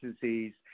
disease